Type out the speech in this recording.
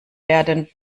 werden